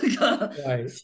Right